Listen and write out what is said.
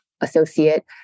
Associate